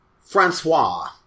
Francois